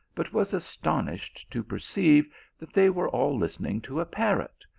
but was astonished to perceive that they were all listening to a parrot,